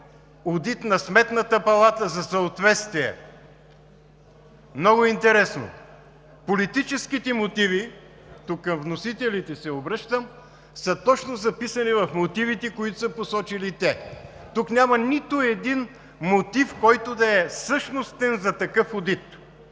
одит на Сметната палата за съответствие. Много интересно. Политическите мотиви, обръщам се тук към вносителите, са точно записани в мотивите, които са посочили те. Тук няма нито един мотив, който да е същностен за такъв одит,